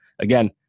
again